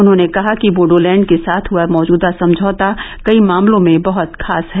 उन्होंने कहा कि बोडोलैंड के साथ हुआ मौजूदा समझौता कई मामलों में बहुत खास है